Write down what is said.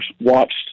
watched